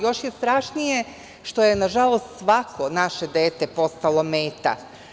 Još je strašnije što je, nažalost, svako naše dete postalo meta.